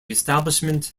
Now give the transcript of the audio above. establishment